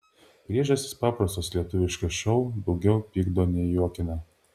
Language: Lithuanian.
priežastys paprastos lietuviški šou daugiau pykdo nei juokina